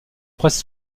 presse